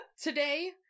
Today